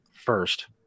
first